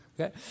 okay